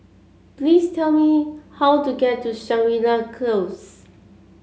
please tell me how to get to Shangri La Close